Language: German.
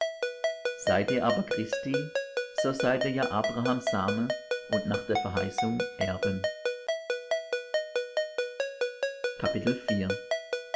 seid ihr aber christi so seid ihr ja abrahams same und nach der verheißung erben